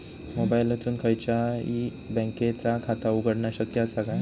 मोबाईलातसून खयच्याई बँकेचा खाता उघडणा शक्य असा काय?